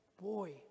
boy